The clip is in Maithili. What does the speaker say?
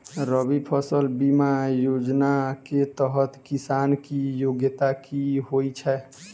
रबी फसल बीमा योजना केँ तहत किसान की योग्यता की होइ छै?